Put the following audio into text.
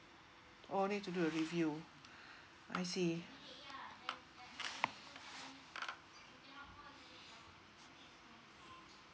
orh need to do a review I see